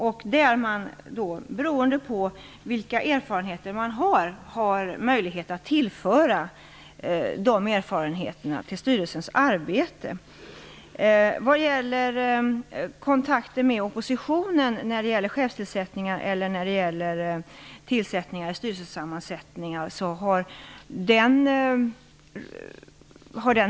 Personerna är valda med tanke på de erfarenheter de har möjlighet att tillföra styrelsens arbete. Det har inte tidigare förekommit att man har tagit kontakt med oppositionen när det gäller chefstillsättningar eller styrelsesammansättningar.